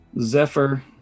Zephyr